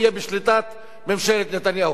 יהיה בשליטת ממשלת נתניהו.